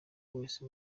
wese